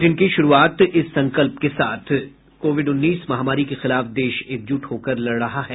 bulletin की शुरूआत इस संकल्प के साथ कोविड उन्नीस महामारी के खिलाफ देश एकजुट होकर लड़ रहा है